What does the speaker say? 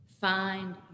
Find